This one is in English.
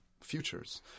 futures